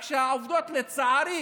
רק שהעובדות לצערי